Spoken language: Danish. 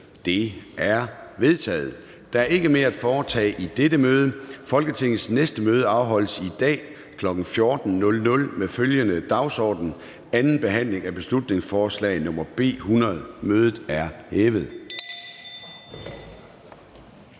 (Søren Gade): Der er ikke mere at foretage i dette møde. Folketingets næste møde afholdes i dag, kl. 14.00, med følgende dagsorden: 2. behandling af beslutningsforslag nr. B 100. Mødet er hævet.